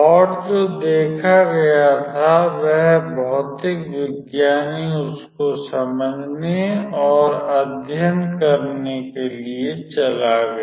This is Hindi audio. और जो देखा गया था वह भौतिक विज्ञानी उसको समझने और अध्यन करने के लिए चला गया